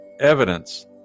evidence